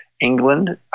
England